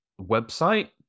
website